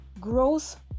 growth